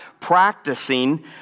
practicing